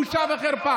פשוט בושה וחרפה.